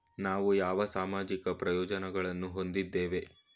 ನಾವು ಯಾವ ಸಾಮಾಜಿಕ ಪ್ರಯೋಜನಗಳನ್ನು ಹೊಂದಿದ್ದೇವೆ?